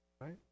Right